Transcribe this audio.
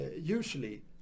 usually